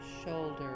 shoulder